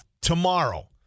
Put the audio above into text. tomorrow